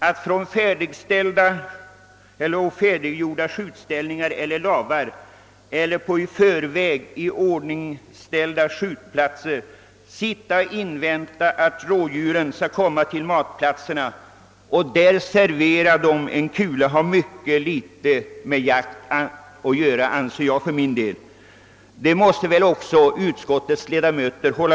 Att i färdiggjorda skjutställningar eller lavar eller på i förväg iordningställda skjutplatser sitta och vänta på att rådjuren skall komma till matplatserna och där servera dem en kula har mycket litet med jakt att göra anser jag för min del. Utskottets ledamöter måste väl också hålla med om det.